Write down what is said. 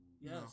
Yes